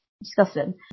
disgusting